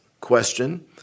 question